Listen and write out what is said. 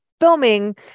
filming